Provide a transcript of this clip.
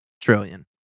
trillion